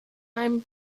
einem